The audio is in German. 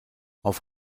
auf